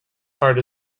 card